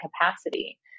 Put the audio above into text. capacity